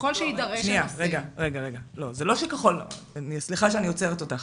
ככל שיידרש הנושא --- סליחה שאני עוצרת אותך.